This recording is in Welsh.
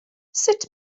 sut